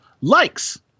likes